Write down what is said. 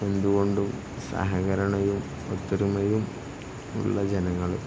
എന്തുകൊണ്ടും സഹകരണവും ഒത്തൊരുമയുമുള്ള ജനങ്ങള്